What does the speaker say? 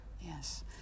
Yes